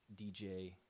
DJ